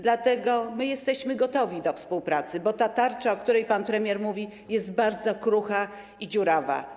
Dlatego jesteśmy gotowi do współpracy, bo ta tarcza, o której pan premier mówi, jest bardzo krucha i dziurawa.